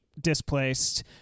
displaced